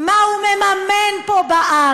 מה הוא מממן פה בארץ.